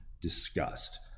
discussed